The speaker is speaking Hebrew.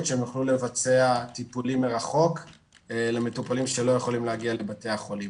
שהם יוכלו לבצע טיפולים מרחוק למטופלים שלא יכולים להגיע לבתי החולים.